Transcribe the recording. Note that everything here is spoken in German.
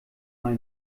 mal